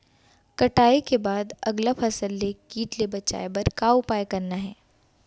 कटाई के बाद अगला फसल ले किट ले बचाए बर का उपाय करना हे?